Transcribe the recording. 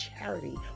charity